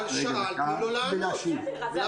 למה צריך להתפרץ?